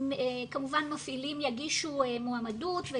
וכמובן מפעילים יגישו מועמדות.